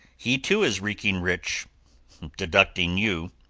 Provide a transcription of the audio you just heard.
he too is reeking rich deducting you.